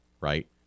right